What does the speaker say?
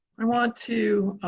i want to